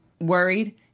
worried